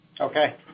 Okay